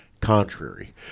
contrary